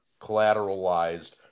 collateralized